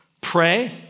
pray